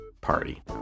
Party